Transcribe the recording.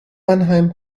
mannheim